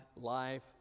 life